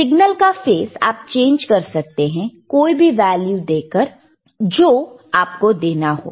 signal का phase आप change कर सकते हैं कोई भी वैल्यू देखकर जो आपको देना हो